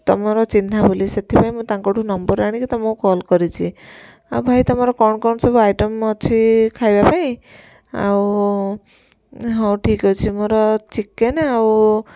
ତମର ଚିହ୍ନା ବୋଲି ସେଥିପାଇଁ ମୁଁ ତାଙ୍କଠୁ ନମ୍ବର ଆଣିକି ତମକୁ କଲ କରିଛି ଆଉ ଭାଇ ତମର କ'ଣ କ'ଣ ସବୁ ଆଇଟମ ଅଛି ଖାଇବା ପାଇଁ ଆଉ ହଉ ଠିକ୍ ଅଛି ମୋର ଚିକେନ ଆଉ